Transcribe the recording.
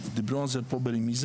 דיברו על זה פה ברמיזה,